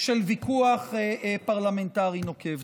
של ויכוח פרלמנטרי נוקב.